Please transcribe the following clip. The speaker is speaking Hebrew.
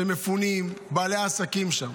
שמפונים, בעלי העסקים שם.